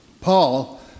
Paul